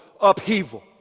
upheaval